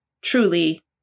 truly